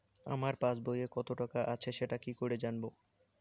আমার পাসবইয়ে কত টাকা আছে সেটা কি করে জানবো?